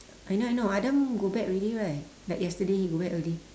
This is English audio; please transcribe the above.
I know I know adam go back already right like yesterday he go back early